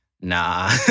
nah